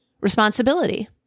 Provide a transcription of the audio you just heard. Responsibility